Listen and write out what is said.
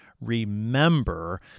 remember